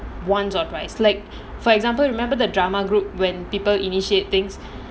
once or twice like for example remember the drama group when people initiate things